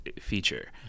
feature